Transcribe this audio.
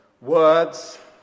words